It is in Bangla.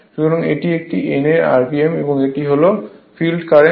সুতরাং এটি n rpm এবং এটি হল ফিল্ড কারেন্ট